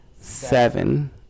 seven